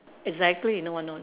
exactly no one know